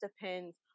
depends